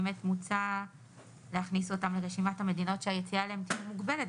באמת מוצע להכניס אותן לרשימת המדינות שהיציאה אליהן תהיה מוגבלת,